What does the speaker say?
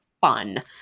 Fun